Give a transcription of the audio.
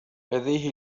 لديه